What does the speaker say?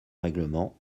règlement